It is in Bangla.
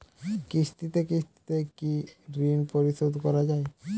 কিস্তিতে কিস্তিতে কি ঋণ পরিশোধ করা য়ায়?